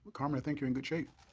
ah and think you're in good shape.